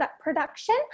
production